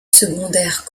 secondaire